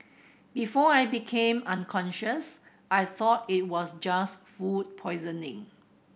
before I became unconscious I thought it was just food poisoning